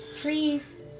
Trees